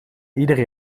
ieder